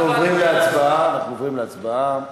אנחנו עוברים להצבעה, אנחנו עוברים להצבעה.